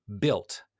built